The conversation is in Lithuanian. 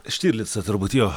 štirlicą turbūt jo